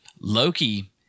Loki